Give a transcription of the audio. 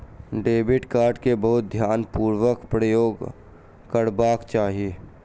debit card के बहुत ध्यानपूर्वक उपयोग करबाक चाही